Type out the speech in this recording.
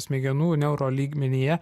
smegenų neuro lygmenyje